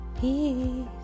peace